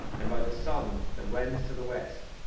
and by the sun that wends to the west,